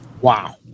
Wow